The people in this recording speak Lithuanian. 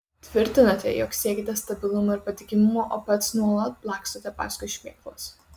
tvirtinate jog siekiate stabilumo ir patikimumo o pats nuolat lakstote paskui šmėklas